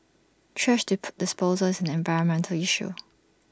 thrash disposal is an environmental issue